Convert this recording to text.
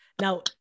Now